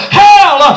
hell